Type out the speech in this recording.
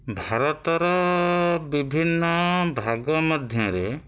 ଭାରତର ବିଭିନ୍ନ ଭାଗ ମଧ୍ୟରେ